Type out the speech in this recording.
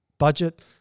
Budget